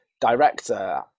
director